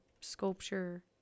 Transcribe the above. sculpture